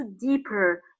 deeper